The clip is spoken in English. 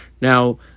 Now